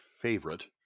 favorite